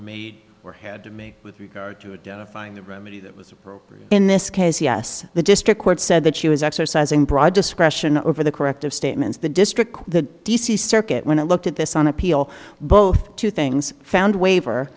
made or had to make with regard to identifying the remedy that was appropriate in this case yes the district court said that she was exercising broad discretion over the corrective statements the district the circuit when i looked at this on appeal both two things found waiver